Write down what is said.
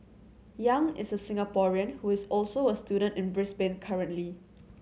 Yang is a Singaporean who is also a student in Brisbane currently